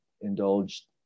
indulged